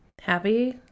happy